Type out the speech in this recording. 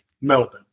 Melbourne